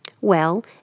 Well